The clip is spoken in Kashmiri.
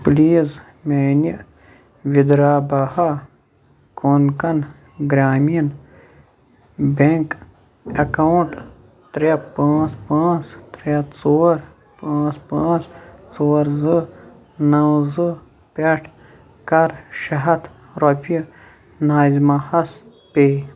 پلیٖز میانہِ وِدھرباہا کونکَن گرٛامیٖن بیٚنٛک اٮ۪کاوُنٛٹ ترٛےٚ پانژھ پانژھ ترٛے ژور پانژھ پانژھ ژور زٕ نو زٕ پٮ۪ٹھ کَر شےٚ ہَتھ رۄپیہِ ناظِمہ ہَس پے